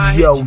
yo